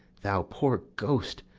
thou poor ghost,